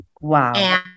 Wow